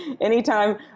anytime